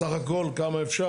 זאת אומרת בסך הכל כמה אפשר?